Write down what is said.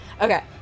Okay